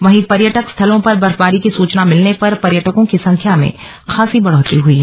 वहीं पर्यटक स्थलों पर बर्फबारी की सूचना मिलने पर पर्यटकों की संख्या में खासी बढ़ोत्तरी हुई है